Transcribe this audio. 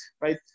right